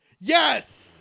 Yes